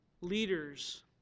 leaders